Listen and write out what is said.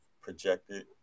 projected